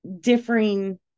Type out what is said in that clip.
differing